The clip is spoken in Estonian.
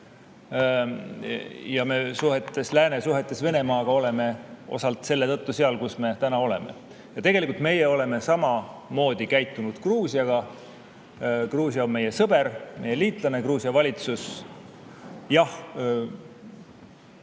käest ära. Lääne suhetes Venemaaga oleme me osalt selle tõttu seal, kus me täna oleme. Tegelikult meie oleme samamoodi käitunud Gruusiaga. Gruusia on meie sõber, meie liitlane. Gruusia valitsus, jah,